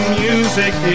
music